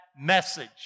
message